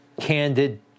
candid